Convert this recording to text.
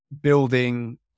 building